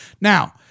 Now